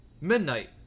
Midnight